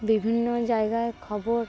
বিভিন্ন জায়গায় খবর